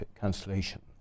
cancellation